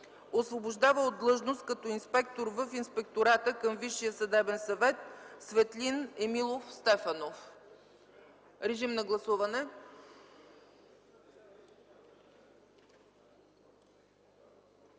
Освобождава от длъжност като инспектор в Инспектората към Висшия съдебен съвет Светлин Емилов Стефанов.” Гласуваме.